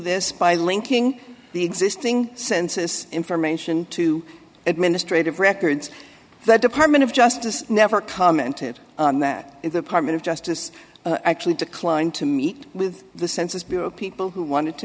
this by linking the existing census information to administrative records the department of justice never commented on that apartment of justice actually declined to meet with the census bureau people who want